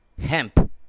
Hemp